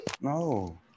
no